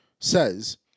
says